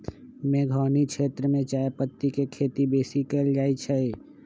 मेघौनी क्षेत्र में चायपत्ति के खेती बेशी कएल जाए छै